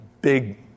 big